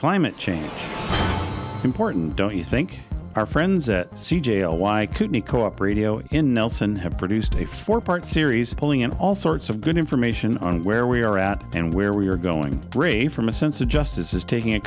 climate change important don't you think our friends at c jail why couldn't it cooperate in nelson have produced a four part series pulling in all sorts of good information on where we are at and where we are going brave from a sense of justice is taking a